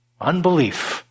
Unbelief